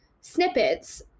snippets